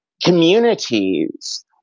communities